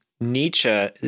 Nietzsche